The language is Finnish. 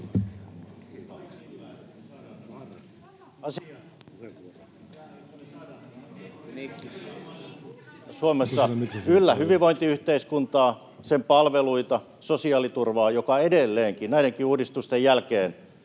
...Suomessa yllä hyvinvointiyhteiskuntaa, sen palveluita, sosiaaliturvaa, joka edelleenkin, näidenkin uudistusten jälkeen,